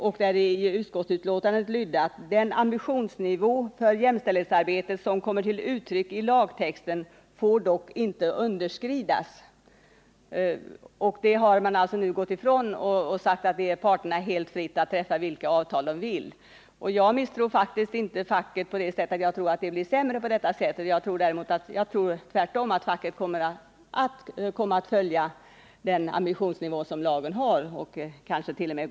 I kommittébetänkandet lyder den sålunda: ”Den ambitionsnivå för jämställdhetsarbetet som kommer till uttryck i lagtexten får dock inte underskridas.” Detta har man alltså gått ifrån i propositionen och sagt att det står parterna helt fritt att träffa vilka avtal de vill. Jag misstror faktiskt inte facket och tror inte att det blir sämre på det sättet. Tvärtom tror jag att facket kommer att följa den ambitionsnivå som anges i lagen och kansket.o.m.